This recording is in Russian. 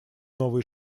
новые